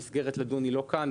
המסגרת לדון לא כאן,